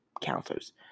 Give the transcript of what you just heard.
counselors